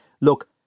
look